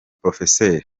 prof